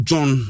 John